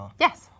Yes